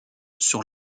sur